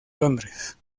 londres